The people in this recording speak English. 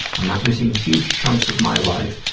i'm not missing huge chunks of my life.